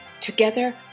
Together